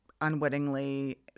unwittingly